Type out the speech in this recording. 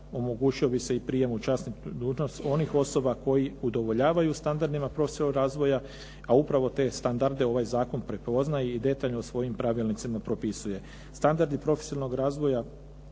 omogućio bi se i prijem u časničku dužnost onih osoba koje udovoljavaju standardima profesionalnog razvoja a upravo te standarde ovaj zakon prepoznaje i detaljno svojim pravilnicima propisuje. Standardi profesionalnog razvoja